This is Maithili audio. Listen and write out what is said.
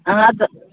हँ तऽ